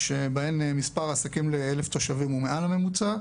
שבהן מספר העסקים ל-1,000 תושבים הוא מעל הממוצע.